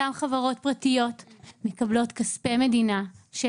אותן חברות פרטיות מקבלות כספי מדינה של